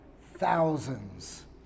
thousands